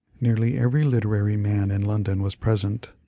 nearly every literary man in london was present.